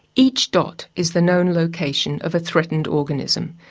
each dot is the known location of a threatened organism,